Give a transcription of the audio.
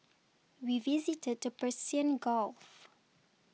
we visited the Persian Gulf